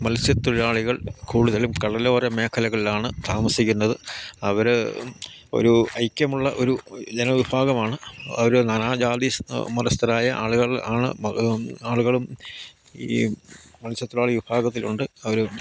മത്സ്യത്തൊഴിലാളികൾ കൂടുതലും കടലോര മേഖലകളിലാണ് താമസിക്കുന്നത് അവർ ഒരു ഐക്യമുള്ള ഒരു ജനവിഭാഗമാണ് അവർ നാനാജാതി മതസ്ഥരായ ആളുകൾ ആണ് മത ആളുകളും ഈ മത്സ്യത്തൊഴിലാളി വിഭാഗത്തിലുണ്ട് അവർ